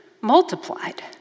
multiplied